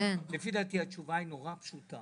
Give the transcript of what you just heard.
לפי דעתי התשובה למה ששי אומר היא נורא פשוטה.